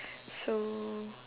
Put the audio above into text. so